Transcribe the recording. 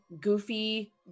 Goofy